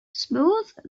smooths